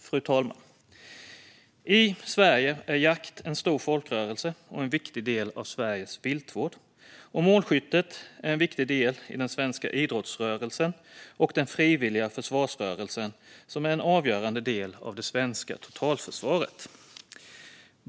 Fru talman! I Sverige är jakt en stor folkrörelse och en viktig del av Sveriges viltvård. Och målskyttet är en viktig del i den svenska idrottsrörelsen och den frivilliga försvarsrörelsen, som är en avgörande del av det svenska totalförsvaret.